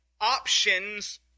options